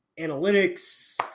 analytics